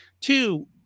Two